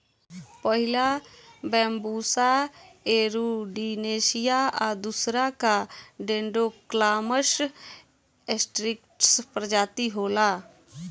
पहिला Bambusa arundinacea आ दूसरका डेन्ड्रोकैलामस स्ट्रीक्ट्स प्रजाति होला